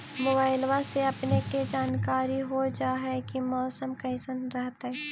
मोबाईलबा से अपने के जानकारी हो जा है की मौसमा कैसन रहतय?